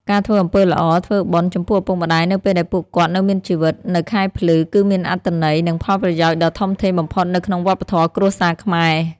ការធ្វើអំពើល្អ ធ្វើបុណ្យ ចំពោះឪពុកម្តាយនៅពេលដែលពួកគាត់នៅមានជីវិត នៅខែភ្លឺ គឺមានអត្ថន័យ និងផលប្រយោជន៍ដ៏ធំធេងបំផុតនៅក្នុងវប្បធម៌គ្រួសារខ្មែរ។